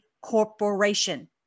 corporation